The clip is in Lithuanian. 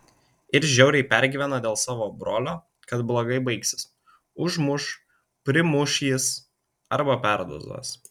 ir žiauriai pergyvena dėl savo brolio kad blogai baigsis užmuš primuš jis arba perdozuos